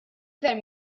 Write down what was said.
ferm